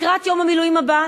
לקראת יום המילואים הבא,